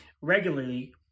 regularly